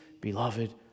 beloved